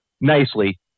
nicely